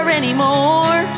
anymore